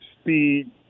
Speed